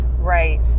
Right